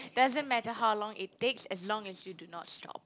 doesn't matter how long it takes as long as you do not stop